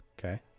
Okay